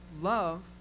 love